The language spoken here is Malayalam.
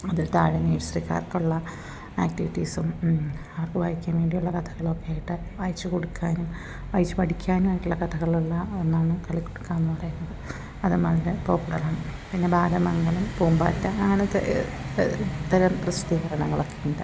അതിൽ താഴെ നേഴ്സറിക്കാർക്കുള്ള ആക്ടിവിറ്റീസും അവർക്ക് വായിക്കാൻ വേണ്ടിയുള്ള കഥകളൊക്കെ ആയിട്ട് വായിച്ച് കൊടുക്കാനും വായിച്ച് പഠിക്കാനും ആയിട്ടുള്ള കഥകളുള്ള ഒന്നാണ് കളിക്കുടുക്ക എന്ന് പറയുന്നത് അതും വളരെ പോപ്പുലർ ആണ് പിന്നെ ബാലമംഗളം പൂമ്പാറ്റ അങ്ങനെത്തെ തരം പ്രസ്തീകരണങ്ങളൊക്കെ ഉണ്ട്